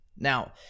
Now